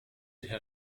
herr